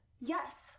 Yes